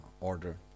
order